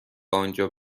آنجا